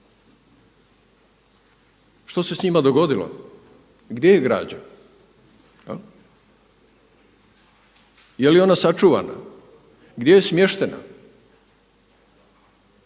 Što se s njima dogodilo, gdje je građa? Je li ona sačuvana, gdje je smještena?